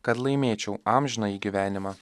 kad laimėčiau amžinąjį gyvenimą